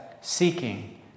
seeking